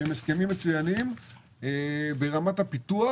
הסכמים מצוינים ברמת הפיתוח.